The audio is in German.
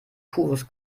pures